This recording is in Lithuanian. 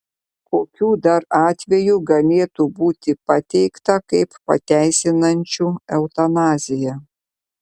kokių dar atvejų galėtų būti pateikta kaip pateisinančių eutanaziją